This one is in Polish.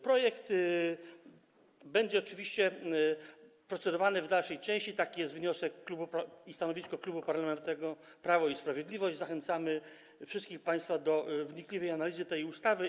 Projekt będzie oczywiście procedowany dalej, taki jest wniosek i stanowisko Klubu Parlamentarnego Prawo i Sprawiedliwość, i zachęcamy wszystkich państwa do wnikliwej analizy tej ustawy.